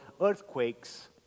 earthquakes